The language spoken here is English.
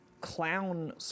clown